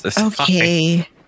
Okay